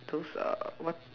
those err what